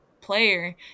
player